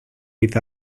with